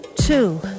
two